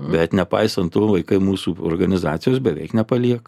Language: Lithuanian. bet nepaisant to vaikai mūsų organizacijos beveik nepalieka